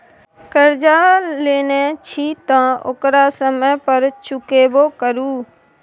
करजा लेने छी तँ ओकरा समय पर चुकेबो करु